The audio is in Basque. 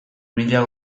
mila